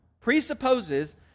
presupposes